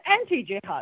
anti-jihad